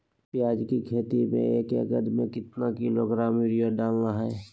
प्याज की खेती में एक एकद में कितना किलोग्राम यूरिया डालना है?